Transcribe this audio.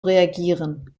reagieren